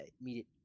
immediate